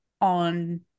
on